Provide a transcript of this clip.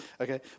Okay